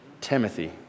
Timothy